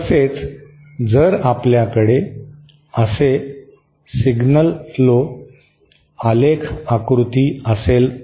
तसेच जर आपल्याकडे असे सिग्नल फ्लो आलेख आकृती असेल तर